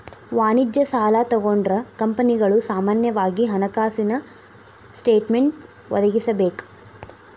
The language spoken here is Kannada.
ವಾಣಿಜ್ಯ ಸಾಲಾ ತಗೊಂಡ್ರ ಕಂಪನಿಗಳು ಸಾಮಾನ್ಯವಾಗಿ ಹಣಕಾಸಿನ ಸ್ಟೇಟ್ಮೆನ್ಟ್ ಒದಗಿಸಬೇಕ